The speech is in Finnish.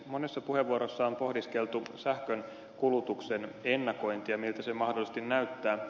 monessa puheenvuorossa on pohdiskeltu sähkönkulutuksen ennakointia miltä se mahdollisesti näyttää